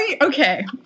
Okay